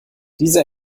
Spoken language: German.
diese